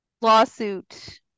lawsuit